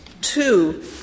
Two